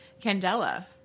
Candela